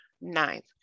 Ninth